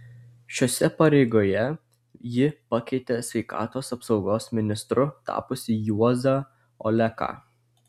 šiose pareigoje ji pakeitė sveikatos apsaugos ministru tapusį juozą oleką